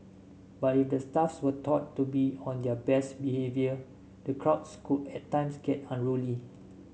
but if the staffs were taught to be on their best behaviour the crowds could at times get unruly